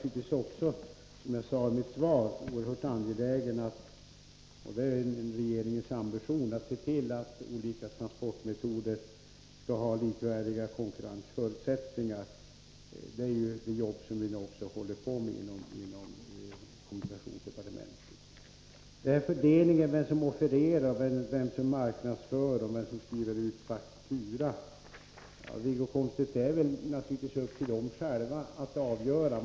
Som jag sade i mitt svar är jag oerhört angelägen att — det är också regeringens ambition — se till att olika transportmetoder har likvärdiga konkurrensförutsättningar. Det är ett arbete som vi också håller på med inom kommunikationsdepartementet. Vem som offererar, vem som marknadsför och vem som skriver ut fakturor är frågor som parterna naturligtvis själva får avgöra.